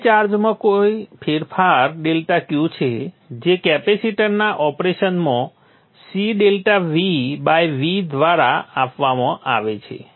હવે ચાર્જમાં ફેરફાર ડેલ્ટા Q છે જે કેપેસિટરના ઓપરેશનમાં C∆VV દ્વારા આપવામાં આવે છે